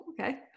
okay